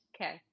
Okay